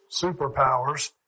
superpowers